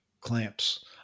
clamps